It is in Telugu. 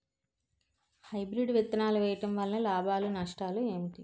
హైబ్రిడ్ విత్తనాలు వేయటం వలన లాభాలు నష్టాలు ఏంటి?